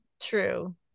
true